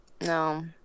No